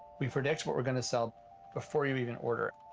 we predict what we're going to sell before you even order it,